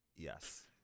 Yes